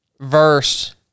verse